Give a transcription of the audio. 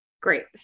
Great